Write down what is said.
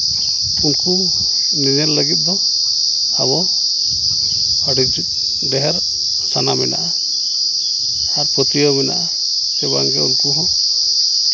ᱩᱱᱠᱩ ᱧᱮᱧᱮᱞ ᱞᱟᱹᱜᱤᱫ ᱫᱚ ᱟᱵᱚ ᱟᱹᱰᱤ ᱰᱷᱮᱨ ᱥᱟᱱᱟ ᱢᱮᱱᱟᱜᱼᱟ ᱟᱨ ᱯᱟᱹᱛᱭᱟᱹᱣ ᱢᱮᱱᱟᱜᱼᱟ ᱥᱮ ᱵᱟᱝᱜᱮ ᱩᱱᱠᱩ ᱦᱚᱸ